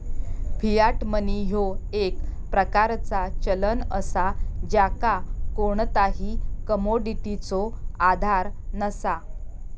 Fiat money ह्यो एक प्रकारचा चलन असा ज्याका कोणताही कमोडिटीचो आधार नसा